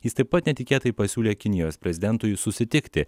jis taip pat netikėtai pasiūlė kinijos prezidentui susitikti